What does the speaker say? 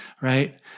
right